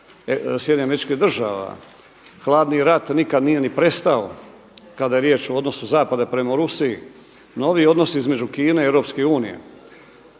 hladni rat nikada nije niti prestao kada je riječ o odnosu zapada prema Rusiji, novi odnosi između Kine i Europske unije,